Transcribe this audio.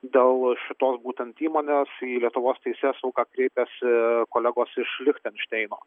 dėl šitos būtent įmonės į lietuvos teisėsaugą kreipėsi kolegos iš lichtenšteino